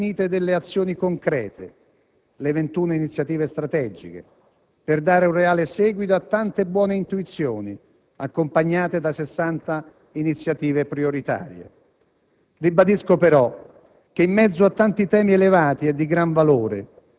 Reputo assolutamente positivo il fatto che siano state definite delle azioni concrete, le 21 iniziative strategiche per dare un reale seguito a tante buone intuizioni, accompagnate da 60 iniziative prioritarie.